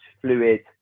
fluid